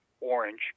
orange